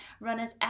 runners